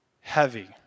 Heavy